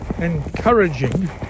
encouraging